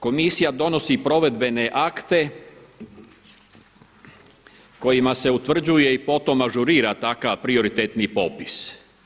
Komisija donosi i provedbene akte kojima se utvrđuje i potom ažurira takav prioritetni popis.